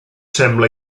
sembla